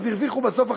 אז הרוויחו בסוף החלשים,